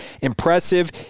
impressive